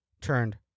Turned